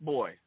Boy